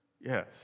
Yes